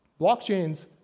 Blockchains